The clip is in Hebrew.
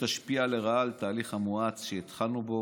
היא תשפיע לרעה על התהליך המואץ שהתחלנו בו,